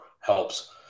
helps